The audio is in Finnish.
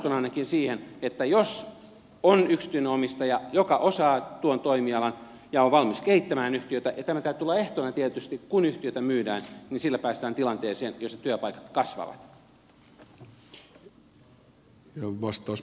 minä ainakin uskon siihen että jos on yksityinen omistaja joka osaa tuon toimialan ja on valmis kehittämään yhtiötä ja tämän täytyy olla ehtona tietysti kun yhtiötä myydään niin sillä päästään tilanteeseen jossa työpaikat kasvavat